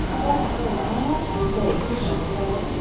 well, for land's sake! she said.